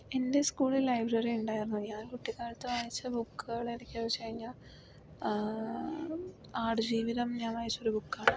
എൻ്റെ സ്കൂളിൽ ലൈബ്രറി ഉണ്ടായിരുന്നു ഞാൻ കുട്ടികാലത്ത് വായിച്ച ബുക്കുകൾ എന്ന് ചോദിച്ച് കഴിഞ്ഞാൽ ആട് ജീവിതം ഞാൻ വായിച്ച ഒരു ബുക്കാണ്